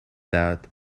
that